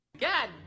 god